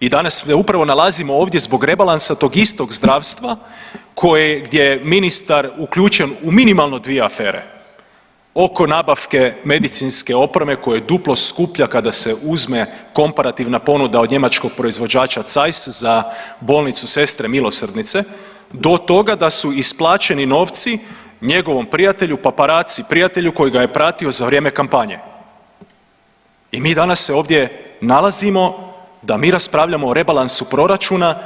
I danas se upravo nalazimo ovdje zbog rebalansa tog istog zdravstva koje, gdje je ministar uključen u minimalno dvije afere, oko nabavke medicinske opreme koje je duplo skuplja kada se uzme komparativna ponuda od njemačkog proizvođača Zeiss za bolnicu Sestre milosrdnice do toga da su isplaćeni novci njegovom prijatelju, paparazzi prijatelju koji ga je pratio za vrijeme kampanje i mi danas se ovdje nalazimo da mi raspravljamo o rebalansu proračuna